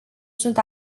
sunt